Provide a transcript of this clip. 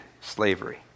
slavery